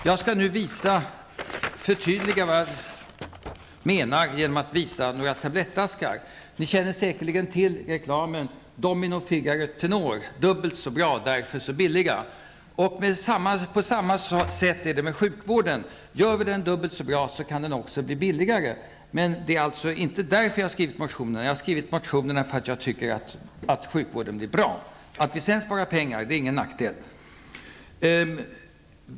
Jag skall förtydliga vad jag menar med att visa några tablettaskar. Ni känner säkerligen till reklamen: Domino, Figaro, Tenor -- dubbelt så bra, därför så billiga. På samma sätt är det med sjukvården: gör vi den dubbelt så bra, kan den också bli billigare. Men det är inte därför som jag har skrivit mina motioner, utan jag har skrivit dem därför att jag tycker vi skall göra sjukvården bra. Att vi sedan också sparar pengar är ingen nackdel.